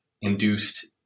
induced